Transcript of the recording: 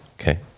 Okay